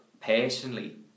personally